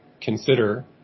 consider